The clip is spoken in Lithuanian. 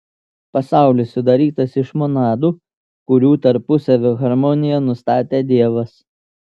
pasaulis sudarytas iš monadų kurių tarpusavio harmoniją nustatė dievas